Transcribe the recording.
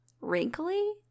wrinkly